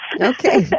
Okay